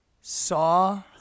saw